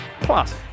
Plus